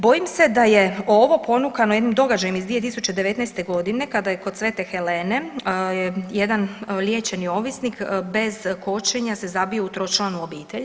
Bojim se da je ovo ponukano jednim događajem iz 2019. godine kada je kod Svete Helene jedan liječeni ovisnik bez kočenja se zabio u tročlanu obitelj.